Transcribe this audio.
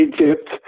Egypt